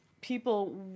people